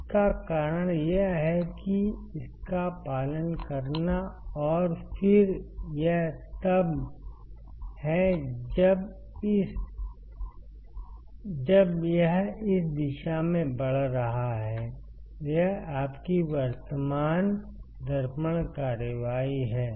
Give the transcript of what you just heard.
इसका कारण यह है कि इसका पालन करना है और फिर यह तब है जब यह इस दिशा में बढ़ रहा है यह आपकी वर्तमान दर्पण कार्रवाई है